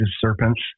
serpents